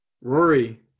Rory